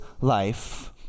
life